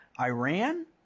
Iran